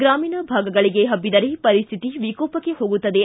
ಗ್ರಾಮಿಣ ಭಾಗಗಳಿಗೆ ಹಬ್ದಿದರೆ ಪರಿಸ್ತಿತಿ ವಿಕೋಪಕ್ಕೆ ಹೋಗುತ್ತದೆ